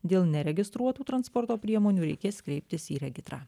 dėl neregistruotų transporto priemonių reikės kreiptis į regitrą